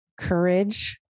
courage